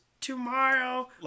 tomorrow